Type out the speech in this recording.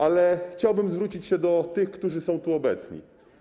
Ale chciałbym zwrócić się do tych, którzy są tu obecni.